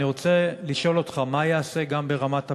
אני רוצה לשאול אותך: מה ייעשה גם ברמת הפיקוח,